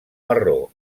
marró